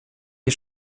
des